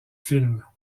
films